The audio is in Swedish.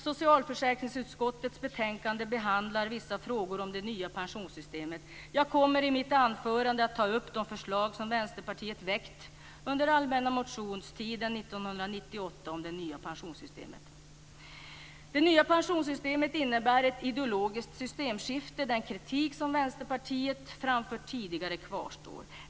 Socialförsäkringsutskottets betänkande behandlar vissa frågor om det nya pensionssystemet. Jag kommer i mitt anförande att ta upp de förslag som Vänsterpartiet väckt under allmänna motionstiden 1998 om det nya pensionssystemet. Det nya pensionssystemet innebär ett ideologiskt systemskifte. Den kritik som Vänsterpartiet framfört tidigare kvarstår.